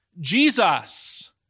Jesus